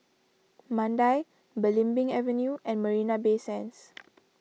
Mandai Belimbing Avenue and Marina Bay Sands